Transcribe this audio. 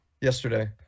yesterday